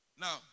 Now